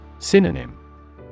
Synonym